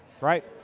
right